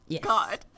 god